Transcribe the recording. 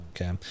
Okay